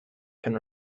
can